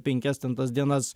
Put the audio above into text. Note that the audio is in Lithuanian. penkias ten tas dienas